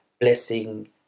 blessing